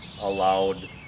allowed